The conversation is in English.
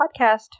podcast